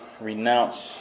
renounce